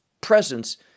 presence